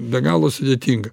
be galo sudėtinga